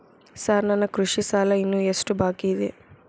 Sir ನನ್ನ ಕೃಷಿ ಸಾಲ ಇನ್ನು ಎಷ್ಟು ಬಾಕಿಯಿದೆ?